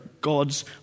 God's